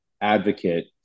advocate